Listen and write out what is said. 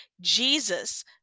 Jesus